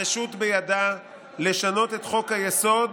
הרשות בידה לשנות את חוק-היסוד